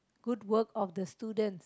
good work of the student